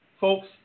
folks